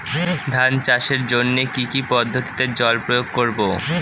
ধান চাষের জন্যে কি কী পদ্ধতিতে জল প্রয়োগ করব?